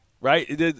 Right